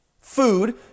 food